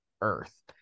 earth